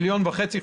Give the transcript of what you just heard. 1.5 מיליון חולים,